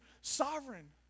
sovereign